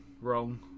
wrong